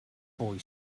boy